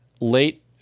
late